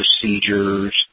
procedures